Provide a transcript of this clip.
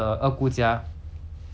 and 顺便庆祝我的生日